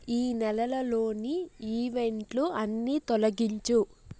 ఈ నెలలలోని ఈవెంట్లు అన్నీ తొలగించు